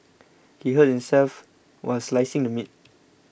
he hurt himself while slicing the meat